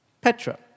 Petra